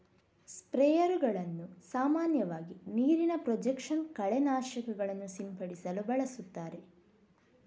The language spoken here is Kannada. ಸ್ಪ್ರೇಯರುಗಳನ್ನು ಸಾಮಾನ್ಯವಾಗಿ ನೀರಿನ ಪ್ರೊಜೆಕ್ಷನ್ ಕಳೆ ನಾಶಕಗಳನ್ನು ಸಿಂಪಡಿಸಲು ಬಳಸುತ್ತಾರೆ